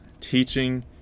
teaching